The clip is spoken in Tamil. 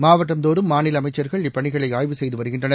மாவட்டந்தோறும் மாநில அமைச்சர்கள் இப்பணிகளை ஆய்வு செய்து வருகின்றனர்